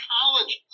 College